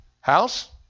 house